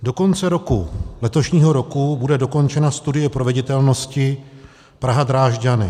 Do konce letošního roku bude dokončena studie proveditelnosti PrahaDrážďany.